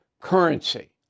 currency